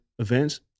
Events